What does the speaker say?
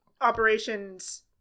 operations